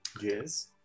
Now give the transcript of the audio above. Yes